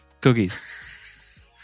Cookies